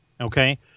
okay